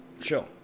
sure